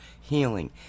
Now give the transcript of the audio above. healing